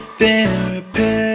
therapy